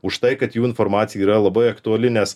už tai kad jų informacija yra labai aktuali nes